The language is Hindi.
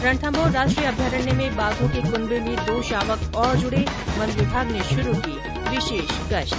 रणथम्भौर राष्ट्रीय अभ्यारण्य में बाघो के कुनबे में दो शावक और जुड़े वन विभाग ने शुरू की विशेष गश्त